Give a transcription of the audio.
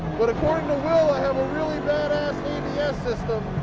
but according to will, i have a really badass abs system.